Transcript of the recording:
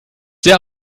sehr